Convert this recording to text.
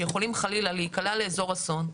שיכולים חלילה להיקלע לאזור אסון,